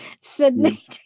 Sydney